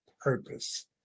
purpose